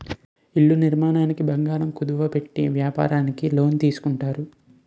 ఇళ్ల నిర్మాణానికి బంగారం కుదువ పెట్టి వ్యాపారానికి లోన్ తీసుకుంటారు